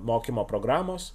mokymo programos